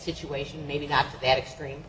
situation maybe not that extreme